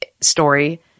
story